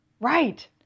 Right